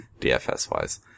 DFS-wise